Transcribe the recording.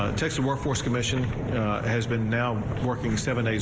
ah texas workforce has been now working seven